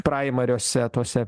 praimeriuose tose